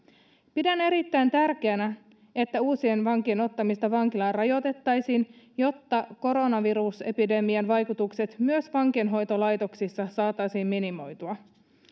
pidän erittäin tärkeänä että uusien vankien ottamista vankilaan rajoitettaisiin jotta koronavirusepidemian vaikutukset myös vankeinhoitolaitoksissa saataisiin minimoitua